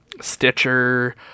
Stitcher